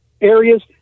areas